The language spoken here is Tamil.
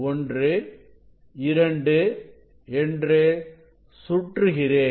1 2 என்று சுற்றுகிறேன்